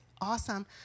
awesome